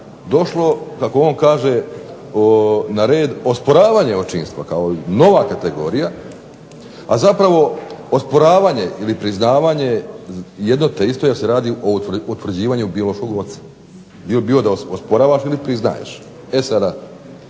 došlo kako on kaže na red osporavanje očinstva kao nova kategorija, a zapravo osporavanje ili priznavanje jedno te isto jer se radi o utvrđivanju biološkog oca, bilo da osporavaš ili priznaješ. E sada